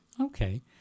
Okay